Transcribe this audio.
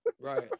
Right